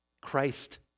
Christ